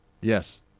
yes